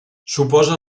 suposa